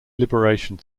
liberation